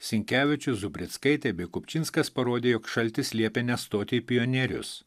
sinkevičius zubrickaitė bei kupčinskas parodė jog šaltis liepė nestoti pionierius